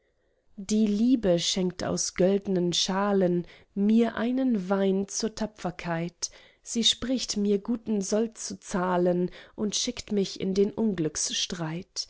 die liebe schenkt aus göldnen schalen mir einen wein zur tapferkeit sie spricht mir guten sold zu zahlen und schickt mich in den